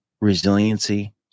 resiliency